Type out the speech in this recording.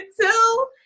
two